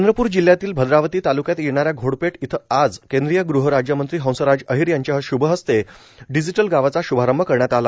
चंद्रपूर जिल्ह्यातील भद्रावती तालुक्यात येणाऱ्या घोडपेठ इथं आज केंद्रीय गुहराज्यमंत्री हंसराज अहिर यांच्या हस्ते डिजिटल गावाचा श्भारंभ करण्यात आला